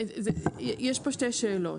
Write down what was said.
יש כאן שתי שאלות.